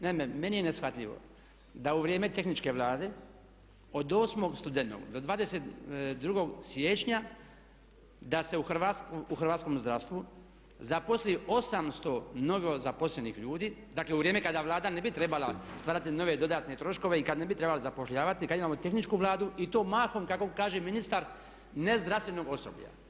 Naime, meni je neshvatljivo da u vrijeme tehničke Vlade od 8. studenog do 22. siječnja da se u hrvatskom zdravstvu zaposli 800 novo zaposlenih ljudi, dakle u vrijeme kada Vlada ne bi trebala stvarati nove dodatne troškove i kad ne bi trebali zapošljavati i kad imamo tehničku Vladu i to mahom kako kaže ministar nezdravstvenog osoblja.